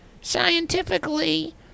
scientifically